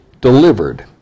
delivered